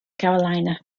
carolina